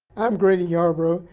i'm grady yarbrough,